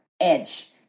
edge